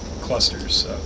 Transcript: clusters